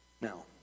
Now